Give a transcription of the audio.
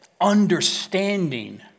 understanding